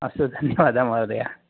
अस्तु धन्यवादः महोदय